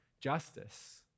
justice